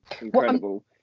incredible